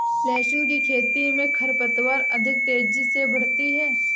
लहसुन की खेती मे खरपतवार अधिक तेजी से बढ़ती है